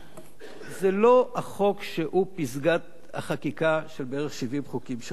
זה לא החוק שהוא פסגת החקיקה של בערך 70 חוקים שחוקקתי.